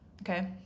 okay